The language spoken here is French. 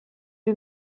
lui